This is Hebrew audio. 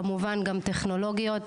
כמובן גם טכנולוגיות.